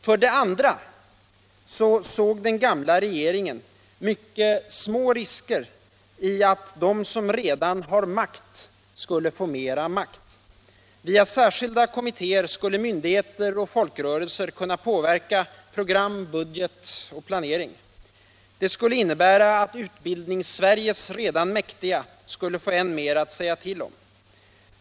För det andra såg den gamla regeringen mycket små risker i att de som redan har makt skulle få mera makt: via särskilda kommittéer skulle myndigheter och folkrörelser kunna påverka program, budget och planering. Det skulle innebära att Utbildningssveriges redan mäktiga skulle få än mera att säga till om.